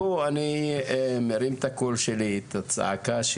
בחלק מהמקרים אני על גן ילדים צריכה לתת כסף יותר מהעלות של הגן